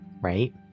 right